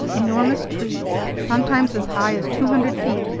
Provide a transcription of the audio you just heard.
enormous trees, sometimes as high as two hundred feet,